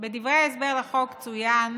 בדברי ההסבר לחוק צוין